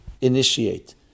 initiate